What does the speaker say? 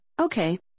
Okay